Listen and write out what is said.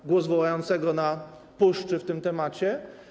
To głos wołającego na puszczy w tym temacie.